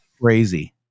crazy